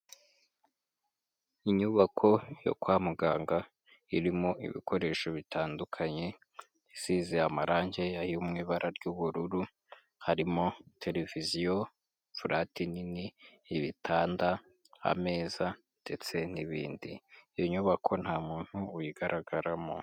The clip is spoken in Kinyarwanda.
Inyubako yo kwa muganga irimo ibikoresho bitandukanye isize amarangi yo mu ibara ry'ubururu harimo televiziyo fulate nini, ibitanda, ameza ndetse n'ibindi. iIo nyubako nta muntu uyigaragaramo.